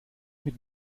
mit